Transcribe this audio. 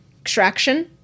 extraction